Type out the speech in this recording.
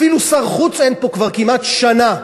אפילו שר חוץ אין פה כבר כמעט שנה.